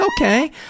Okay